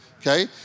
Okay